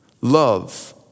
Love